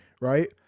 Right